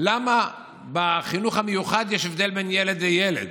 למה בחינוך המיוחד יש הבדל בין ילד לילד?